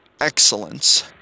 excellence